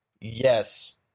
yes